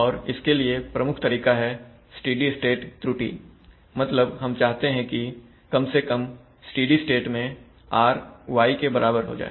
और इसके लिए प्रमुख विचार है स्टेडी स्टेट त्रुटि मतलब हम चाहते हैं कि कम से कम स्टेडी स्टेट में r Y के बराबर हो जाए